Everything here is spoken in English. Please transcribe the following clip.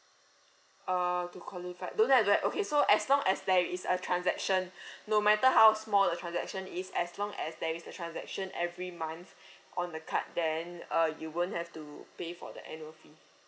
uh to qualify don't have don't have okay so as long are there is a transaction no matter how small the transaction is as long as there is a transaction every month on the card then uh you won't have to pay for the annual fee